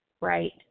right